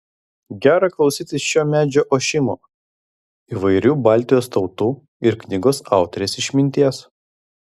gera klausytis šio medžio ošimo įvairių baltijos tautų ir knygos autorės išminties